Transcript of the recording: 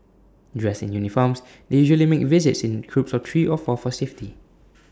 dressed in uniforms they usually make visits in groups of three of four for safety